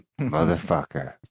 Motherfucker